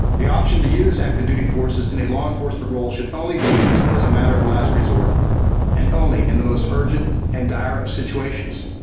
the option to use active duty forces in a law enforcement role should only be used as a matter of last resort and only in the most urgent and dire of situations.